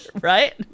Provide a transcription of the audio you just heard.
right